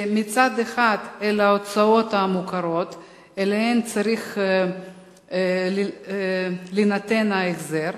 שמצד אחד אלה ההוצאות המוכרות שעליהן צריך להינתן ההחזר,